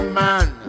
man